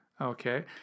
Okay